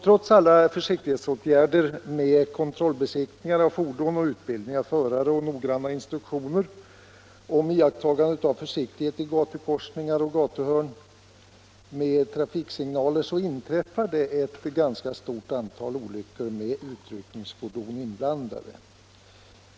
Trots alla försiktighetsåtgärder med kontrollbesiktning av fordon, utbildning av förare, noggranna instruktioner om iakttagande av försiktighet i gatukorsningar och gatuhörn med trafiksignaler inträffar ett ganska stort antal olyckor med utryckningsfordon inblandade.